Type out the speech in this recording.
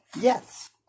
Yes